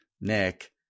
Nick